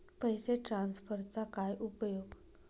पैसे ट्रान्सफरचा काय उपयोग?